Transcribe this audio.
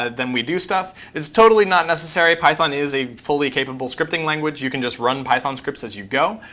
ah then we do stuff, it's totally not necessary. python is a fully capable scripting language. you can just run python scripts as you go.